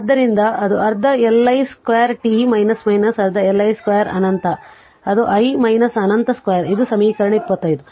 ಆದ್ದರಿಂದ ಅದು ಅರ್ಧ Li 2 t ಅರ್ಧ Li 2 ಅನಂತ ಅದು i ಅನಂತ2 ಇದು ಸಮೀಕರಣ 25